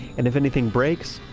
and if anything breaks,